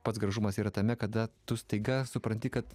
pats gražumas yra tame kada tu staiga supranti kad